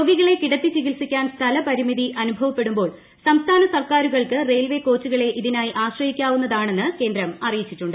രോഗികളെ കിടത്തി ചികിത്സിക്കാൻ സ്ഥല പരിമിതി അനുഭവപ്പെടുമ്പോൾ സംസ്ഥാന സർക്കാരുകൾക്ക് റെയിൽവെ കോച്ചുകളെ ഇതിനായി ആശ്രയിക്കാവുന്നതാണെന്ന് കേന്ദ്രം അറിയിച്ചിട്ടുണ്ട്